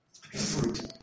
Fruit